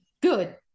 good